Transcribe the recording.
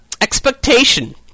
expectation